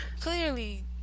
clearly